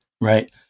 Right